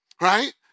right